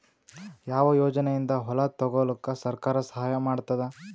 ಯಾವ ಯೋಜನೆಯಿಂದ ಹೊಲ ತೊಗೊಲುಕ ಸರ್ಕಾರ ಸಹಾಯ ಮಾಡತಾದ?